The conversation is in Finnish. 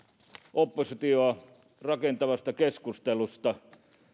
oppositiota rakentavasta keskustelusta